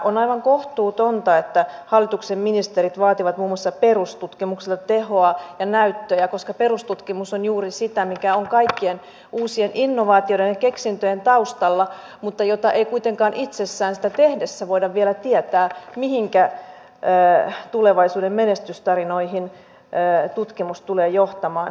on aivan kohtuutonta että hallituksen ministerit vaativat muun muassa perustutkimukselta tehoa ja näyttöjä koska perustutkimus on juuri sitä mikä on kaikkien uusien innovaatioiden ja keksintöjen taustalla mutta ei kuitenkaan itsessään sitä tehdessä voida vielä tietää mihinkä tulevaisuuden menestystarinoihin tutkimus tulee johtamaan